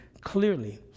clearly